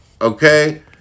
okay